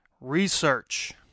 research